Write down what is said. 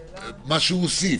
מה שהוא הוסיף,